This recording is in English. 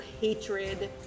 hatred